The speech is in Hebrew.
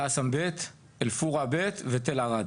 אל עסם בית, אל פורה בית ותל ערד,